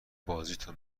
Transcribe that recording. بازیتو